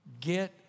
get